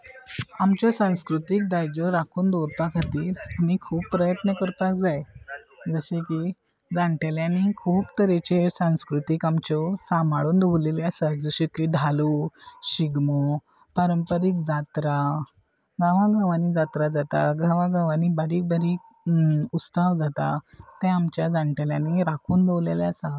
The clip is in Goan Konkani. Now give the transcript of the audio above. आमच्यो सांस्कृतीक दायजो राखून दवरपा खातीर आमी खूब प्रयत्न करपाक जाय जशे की जाणटेल्यांनी खूब तरेचे सांस्कृतीक आमच्यो सांबाळून दवरलेले आसा जशे की धालो शिगमो पारंपारीक जात्रा गांवां गांवांनी जात्रा जाता गांवां गांवांनी बारीक बारीक उत्सवां जाता तें आमच्या जाण्टेल्यांनी राखून दवरलेले आसा